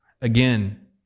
Again